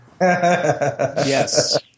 Yes